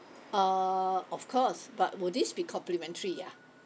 uh of course but will this be complimentary ah